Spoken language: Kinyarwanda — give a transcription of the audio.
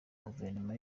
guverinoma